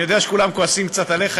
אני יודע שכולם כועסים קצת עליך,